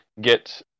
get